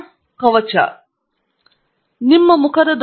ನಾನು ಧರಿಸುತ್ತಿದ್ದ ಗಾಗಿಲ್ಗಳನ್ನು ನಿಮಗೆ ತೋರಿಸುವ ಮೂಲಕ ನಾನು ಪ್ರಾರಂಭಿಸಿದೆ